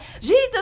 Jesus